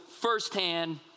firsthand